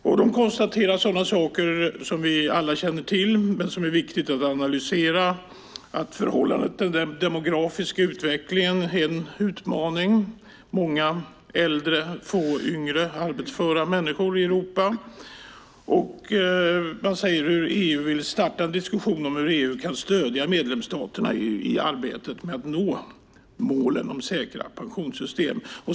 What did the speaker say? Sådana saker konstateras som vi alla känner till men som det är viktigt att analysera, till exempel att den demografiska utvecklingen är en utmaning. Det handlar också om detta med många äldre människor och få yngre arbetsföra i Europa. Man talar även om hur EU vill starta en diskussion om hur EU kan stödja medlemsstaterna i arbetet med att nå målen om säkra pensionssystem.